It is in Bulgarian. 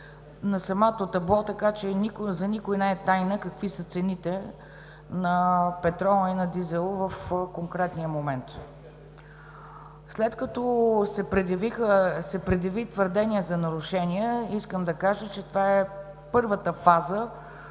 на самото табло, така че за никого не е тайна какви са цените на петрола и на дизела в конкретния момент. След като се предяви твърдение за нарушение, искам да кажа, че това е първата фаза